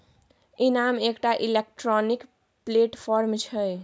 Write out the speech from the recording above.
इनाम एकटा electronic platform छै